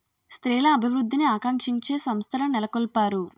స్త్రీల అభివృద్ధిని ఆకాంక్షించే సంస్థలు నెలకొల్పారు